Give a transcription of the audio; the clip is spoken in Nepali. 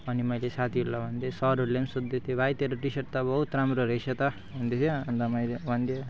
अनि मैले साथीहरूलाई भनिदिएँ सरहरूले पनि सोध्दै थियो भाइ तेरो टिसर्ट त बहुत राम्रो रहेछ त भन्दै थियो अन्त मैले भनिदिएँ